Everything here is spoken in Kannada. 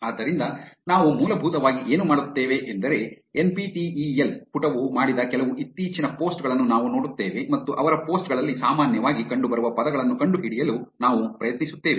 ಆದ್ದರಿಂದ ನಾವು ಮೂಲಭೂತವಾಗಿ ಏನು ಮಾಡುತ್ತೇವೆ ಎಂದರೆ N P T E L ಪುಟವು ಮಾಡಿದ ಕೆಲವು ಇತ್ತೀಚಿನ ಪೋಸ್ಟ್ ಗಳನ್ನು ನಾವು ನೋಡುತ್ತೇವೆ ಮತ್ತು ಅವರ ಪೋಸ್ಟ್ ಗಳಲ್ಲಿ ಸಾಮಾನ್ಯವಾಗಿ ಕಂಡುಬರುವ ಪದಗಳನ್ನು ಕಂಡುಹಿಡಿಯಲು ನಾವು ಪ್ರಯತ್ನಿಸುತ್ತೇವೆ